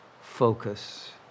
focus